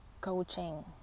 coaching